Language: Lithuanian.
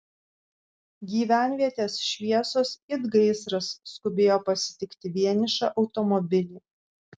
gyvenvietės šviesos it gaisras skubėjo pasitikti vienišą automobilį